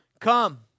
Come